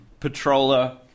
patroller